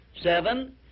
Seven